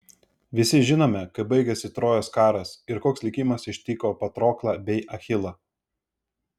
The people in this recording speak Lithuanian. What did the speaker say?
visi žinome kaip baigėsi trojos karas ir koks likimas ištiko patroklą bei achilą